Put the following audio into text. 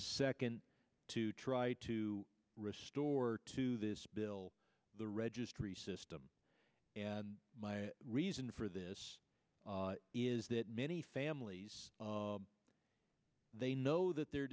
second to try to restore to this bill the registry system and my reason for this is that many families they know that the